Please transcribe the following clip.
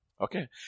Okay